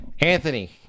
Anthony